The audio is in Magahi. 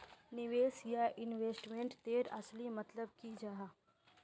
निवेश या इन्वेस्टमेंट तेर असली मतलब की जाहा?